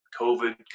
COVID